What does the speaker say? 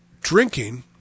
drinking